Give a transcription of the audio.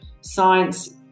Science